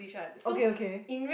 okay okay